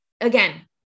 again